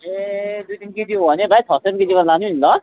ए दुई तिन केजी हो भने भाइ छ सय रुपियाँ केजी गरेर लानु नि ल